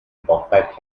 perfect